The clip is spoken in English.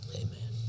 amen